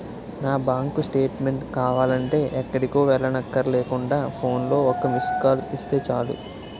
నా bank statement కావాలంటే ఎక్కడికో వెళ్ళక్కర్లేకుండా ఫోన్లో ఒక్క మిస్కాల్ ఇస్తే చాలు